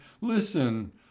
listen